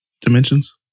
dimensions